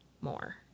more